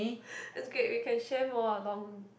that's great we can share more along